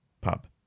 pub